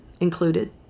included